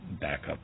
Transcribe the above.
backup